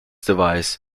device